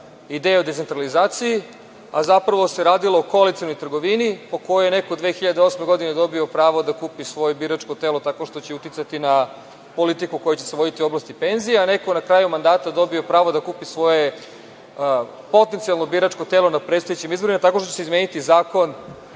ideja o decentralizaciji, a zapravo se radilo o koalicionoj trgovini po kojoj je neko 2008. godine dobio pravo da kupi svoje biračko telo, tako što će uticati na politiku koja će se voditi u oblasti penzija, a neko na kraju mandata dobije pravo da kupi svoje potencijalno biračko telo na predstojećim izborima, tako što će izmeniti Zakon